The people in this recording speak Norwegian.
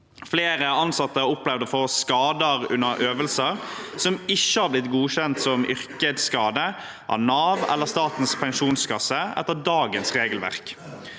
under øvelser opplevd å få skader som ikke har blitt godkjent som yrkesskade av Nav eller Statens pensjonskasse etter dagens regelverk.